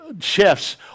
chefs